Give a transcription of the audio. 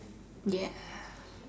ya